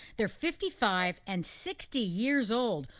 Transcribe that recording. they're fifty five and sixty years old,